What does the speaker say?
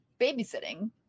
babysitting